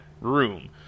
room